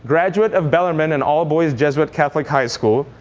graduate of bellarmine an all-boys jesuit catholic high school,